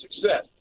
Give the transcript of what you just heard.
success